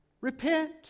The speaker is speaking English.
Repent